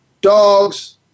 Dogs